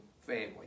family